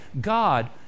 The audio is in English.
God